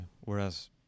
whereas